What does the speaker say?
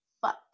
Fuck